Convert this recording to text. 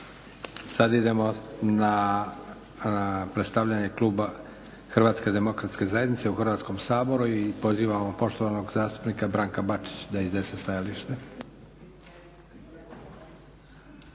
Sad idemo na predstavljanje kluba Hrvatske demokratske zajednice u Hrvatskom saboru i pozivamo poštovanog zastupnika Branka Bačić da iznese stajalište.